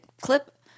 clip